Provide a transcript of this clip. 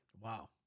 Wow